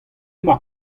mar